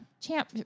Champ